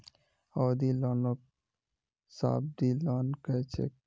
अवधि लोनक सावधि लोन कह छेक